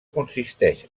consisteix